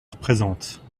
représente